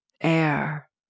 air